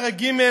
פרק ג'